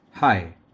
Hi